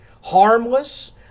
harmless